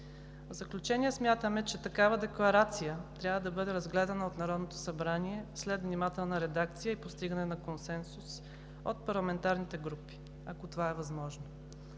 В заключение смятаме, че такава декларация трябва да бъде разгледана от Народното събрание след внимателна редакция и постигане на консенсус от парламентарните групи, ако това е възможно.